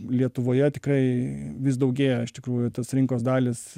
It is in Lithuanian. lietuvoje tikrai vis daugėja iš tikrųjų tos rinkos dalys